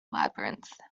labyrinth